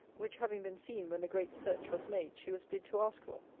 which having been seen when the great search was made, she was bid to ask for.